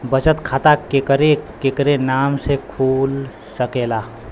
बचत खाता केकरे केकरे नाम से कुल सकेला